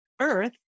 Earth